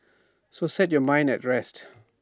so set your mind at rest